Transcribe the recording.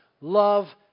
love